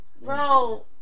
Bro